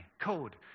code